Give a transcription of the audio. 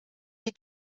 die